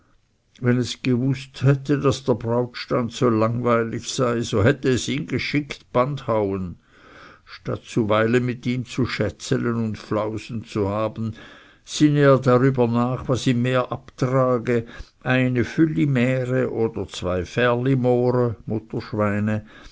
wenn es gewußt hätte daß der brautstand so langweilig sei so hätte es ihn geschickt band hauen statt zuweilen mit ihm zu schätzelen und flausen zu haben sinne er darüber nach was ihm mehr abtrage eine füllimähre oder zwei ferlimore